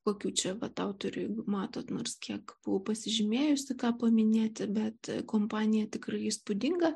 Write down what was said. kokių čia vat autorių matot nors kiek buvau pasižymėjusi ką paminėti bet kompanija tikrai įspūdinga